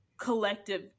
collective